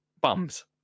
bums